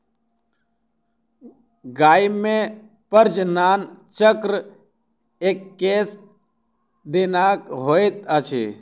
गाय मे प्रजनन चक्र एक्कैस दिनक होइत अछि